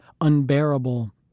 unbearable